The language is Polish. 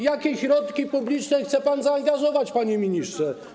Jakie środki publiczne chce pan zaangażować, panie ministrze?